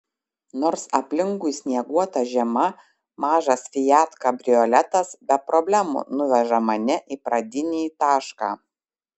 nors aplinkui snieguota žiema mažas fiat kabrioletas be problemų nuveža mane į pradinį tašką